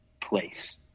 place